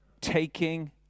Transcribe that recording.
taking